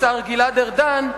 השר גלעד ארדן,